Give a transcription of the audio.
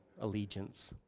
allegiance